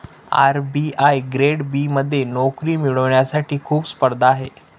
RBI grade B मध्ये नोकरी मिळवण्यासाठी खूप स्पर्धा आहे